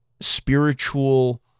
spiritual